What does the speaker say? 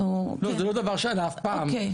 לא זה לא דבר שעלה אף פעם,